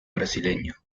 brasileño